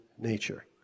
nature